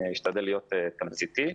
אני אשתדל להיות תמציתי.